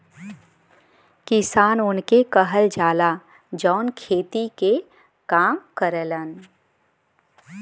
किसान उनके कहल जाला, जौन खेती क काम करलन